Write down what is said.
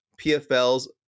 PFL's